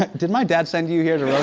did my dad send you you here to roast